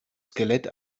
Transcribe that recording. skelett